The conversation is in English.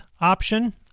option